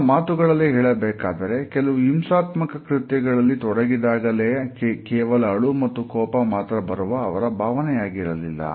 ಅವರ ಮಾತುಗಳಲ್ಲೇ ಹೇಳಬೇಕಾದರೆ ಕೆಲವು ಹಿಂಸಾತ್ಮಕ ಕೃತ್ಯಗಳಲ್ಲಿ ತೊಡಗಿದ್ದಾಗಲೇ ಕೇವಲ ಅಳು ಮತ್ತು ಕೋಪ ಮಾತ್ರ ಅವರ ಭಾವನೆ ಯಾಗಿರಲಿಲ್ಲ